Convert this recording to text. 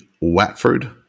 Watford